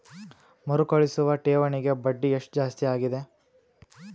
ಮರುಕಳಿಸುವ ಠೇವಣಿಗೆ ಬಡ್ಡಿ ಎಷ್ಟ ಜಾಸ್ತಿ ಆಗೆದ?